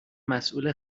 مسئول